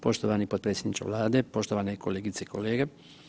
Poštovani potpredsjedniče Vlade, poštovani kolegice i kolege.